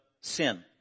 sin